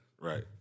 Right